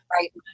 right